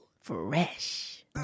Fresh